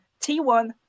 T1